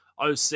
OC